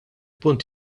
punt